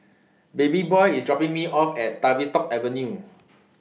Babyboy IS dropping Me off At Tavistock Avenue